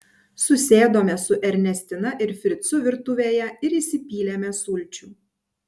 susėdome su ernestina ir fricu virtuvėje ir įsipylėme sulčių